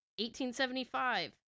1875